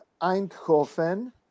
Eindhoven